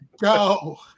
go